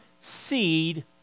seed